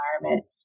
environment